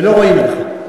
לא רואים עליך.